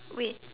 wait